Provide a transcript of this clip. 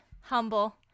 humble